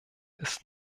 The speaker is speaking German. ist